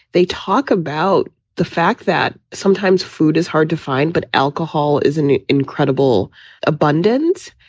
they talk about the fact that sometimes food is hard to find. but alcohol is an incredible abundance.